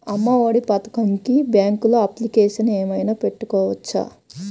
అమ్మ ఒడి పథకంకి బ్యాంకులో అప్లికేషన్ ఏమైనా పెట్టుకోవచ్చా?